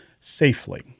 safely